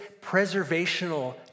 preservational